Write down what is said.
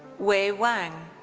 wei wang.